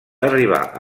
arribar